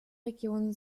region